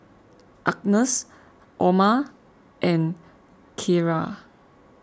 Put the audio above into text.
Agness Orma and Kierra